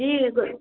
जी बिल्कुल